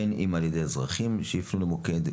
בין אם על ידי אזרחים שייפנו למוקד,